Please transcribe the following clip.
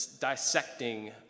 dissecting